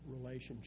relationship